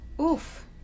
Oof